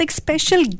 special